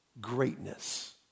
greatness